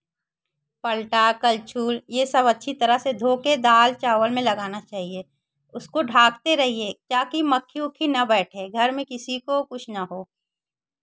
पलटा कलछुल ये सब अच्छी तरह से धोके दाल चावल में लगाना चाहिए उसको ढाकते रहिए ताकि मक्खी ओक्खी ना बैठे घर में किसी को कुछ ना हो